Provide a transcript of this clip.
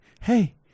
Hey